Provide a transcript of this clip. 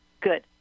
good